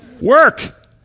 Work